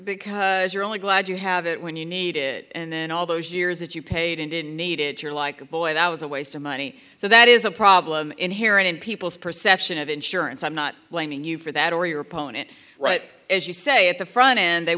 because you're only glad you have it when you need it and then all those years that you paid and didn't need it you're like oh boy that was a waste of money so that is a problem inherent in people's perception of insurance i'm not blaming you for that or your opponent right as you say at the front end they